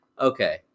Okay